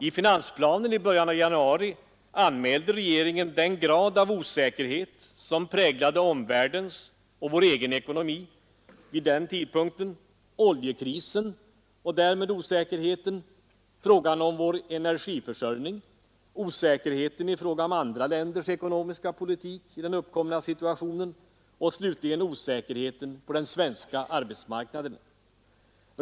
I finansplanen i början av januari anmälde regeringen den grad av osäkerhet som präglade omvärlden och vår egen ekonomi vid den tidpunkten — oljekrisen och den därmed sammanhängande osäkerheten, frågan om vår energiförsörjning, osäkerheten om andra länders ekonomiska politik i den uppkomna situationen och slutligen osäkerheten på den svenska arbetsmarknaden.